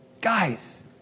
Guys